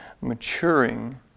maturing